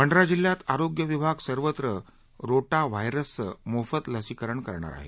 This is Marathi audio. भंडारा जिल्हयात आरोग्य विभाग सर्वत्र रोटा व्हायरसच मोफत लसीकरण करणार आहे